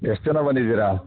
ಎಷ್ಟು ಜನ ಬಂದಿದ್ದೀರಾ